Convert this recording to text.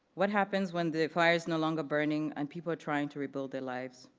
what happens when the fire is no longer burning and people are trying to rebuild their lives?